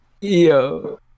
Yo